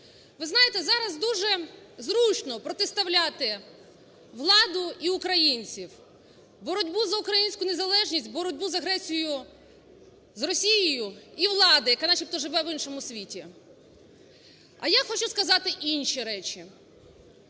Ви знаєте, зараз дуже зручно протиставляти владу і українців, боротьбу за українську незалежність, боротьбу з агресією з Росією і владу, яка начебто живе в іншому світі. А я хочу сказати інші речі.